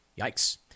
Yikes